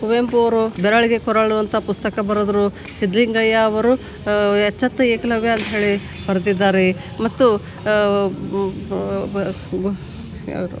ಕುವೆಂಪು ಅವರು ಬೆರಳ್ಗೆ ಕೊರಳ್ ಅಂತ ಪುಸ್ತಕ ಬರೆದ್ರು ಸಿದ್ಧಲಿಂಗಯ್ಯ ಅವರು ಎಚ್ಚೆತ್ತ ಏಕಲವ್ಯ ಅಂತ ಹೇಳಿ ಬರೆದಿದ್ದಾರೆ ಮತ್ತು ಅವರು